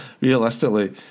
realistically